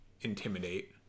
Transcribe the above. Intimidate